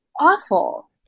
awful